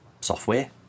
software